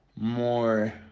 more